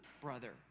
brother